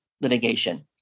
litigation